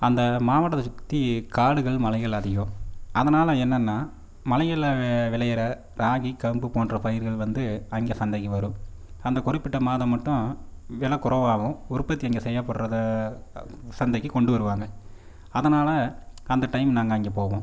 அந்த மாவட்டத்தை சுற்றி காடுகள் மலைகள் அதிகம் அதனால் என்னென்னா மலையில் விளைகிற ராகி கம்பு போன்ற பயிர்கள் வந்து அங்கே சந்தைக்கு வரும் அந்த குறிப்பிட்ட மாதம் மட்டும் விலை குறைவாகும் உற்பத்தி அங்கே செய்யப்படுகிறத சந்தைக்கு கொண்டு வருவாங்க அதனால் அந்த டைம் நாங்கள் அங்கே போவோம்